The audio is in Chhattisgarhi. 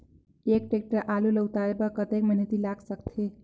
एक टेक्टर आलू ल उतारे बर कतेक मेहनती लाग सकथे?